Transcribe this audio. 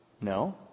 No